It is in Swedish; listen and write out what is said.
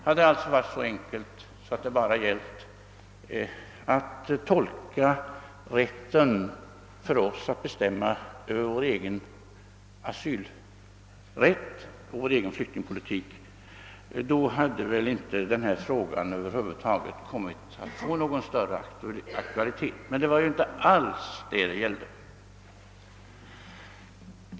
Hade det varit så enkelt att det bara gällt att tolka vår rätt att bestämma Över vår egen asylrätt och vår egen flyktingpolitik, hade väl inte denna fråga över huvud taget kommit att få någon större aktualitet — men det var inte alls detta det gällde.